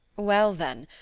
well, then,